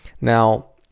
Now